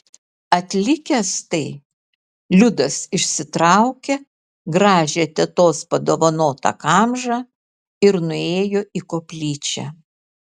atlikęs tai liudas išsitraukė gražią tetos padovanotą kamžą ir nuėjo į koplyčią